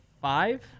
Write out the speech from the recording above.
five